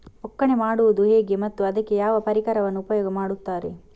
ಒಕ್ಕಣೆ ಮಾಡುವುದು ಹೇಗೆ ಮತ್ತು ಅದಕ್ಕೆ ಯಾವ ಪರಿಕರವನ್ನು ಉಪಯೋಗ ಮಾಡುತ್ತಾರೆ?